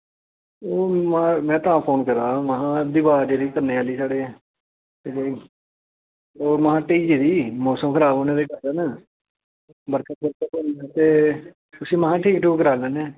एह् में तां फोन करा दा हा महा दिबार जेह्ड़ी कन्नै आह्ली ओह् महा ढैैइयै दी मौसम खराब होने दे कारण ते उस्सी महा ठीक ठुक कराई लैने आं